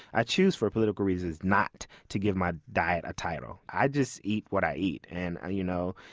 i choose for political reasons not to give my diet a title. i just eat what i eat, and you know,